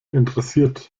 interessiert